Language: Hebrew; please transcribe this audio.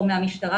או כמובן מהמשטרה